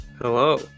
Hello